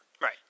Right